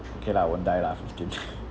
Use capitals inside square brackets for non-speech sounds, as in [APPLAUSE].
okay lah won't die lah fifteen [LAUGHS]